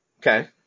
Okay